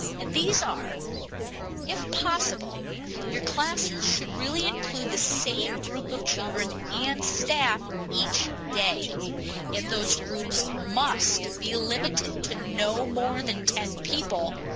and these are if possible your classes should really include the same group of children and staff each day and those groups must be limited to no more than ten people,